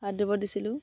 হাত ধুব দিছিলোঁ